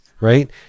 right